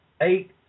eight